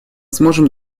сможем